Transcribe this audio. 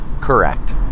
correct